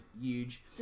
huge